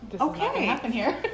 Okay